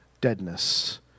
deadness